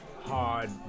hard